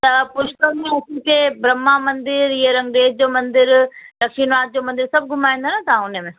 तव्हां पुष्कर में असांखे ब्रह्मा मंदिर इअ रंगेश जो मंदिर दशीनाथ जो मंदिर इहे सभु घुमाईंदा न तव्हां उनमें